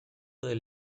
del